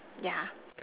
yeah